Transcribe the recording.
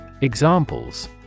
Examples